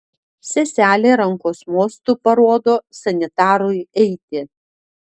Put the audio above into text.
seselė rankos mostu parodo sanitarui eiti